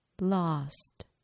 lost